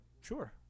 Sure